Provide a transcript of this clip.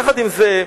יחד עם זה,